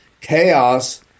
Chaos